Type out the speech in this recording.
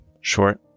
Short